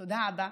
תודה, אבא,